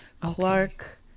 Clark